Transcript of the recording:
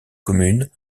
communes